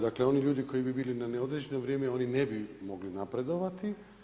Dakle oni ljudi koji bi bili na neodređeno vrijeme, oni ne bi mogli napredovati?